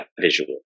visual